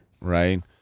right